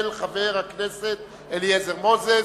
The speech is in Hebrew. של חבר הכנסת אליעזר מוזס.